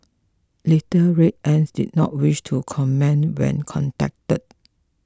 Little Red Ants did not wish to comment when contacted